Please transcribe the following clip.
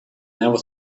never